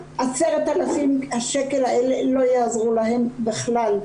10,000 השקלים האלה לא יעזרו להן היום בכלל.